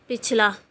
ਪਿਛਲਾ